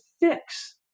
fix